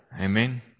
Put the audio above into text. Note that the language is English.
Amen